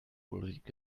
ulrike